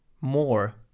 more